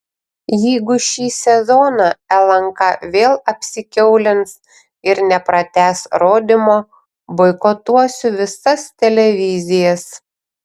jeigu šį sezoną lnk vėl apsikiaulins ir nepratęs rodymo boikotuosiu visas televizijas